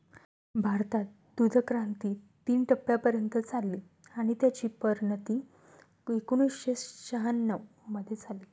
भारतात दूधक्रांती तीन टप्प्यांपर्यंत चालली आणि त्याची परिणती एकोणीसशे शहाण्णव मध्ये झाली